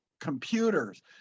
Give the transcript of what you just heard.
Computers